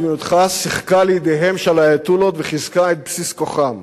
מדיניותך שיחקה לידיהם של האייטולות וחיזקה את בסיס כוחם.